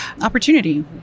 opportunity